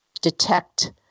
detect